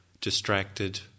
distracted